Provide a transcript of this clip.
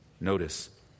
Notice